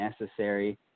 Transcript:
necessary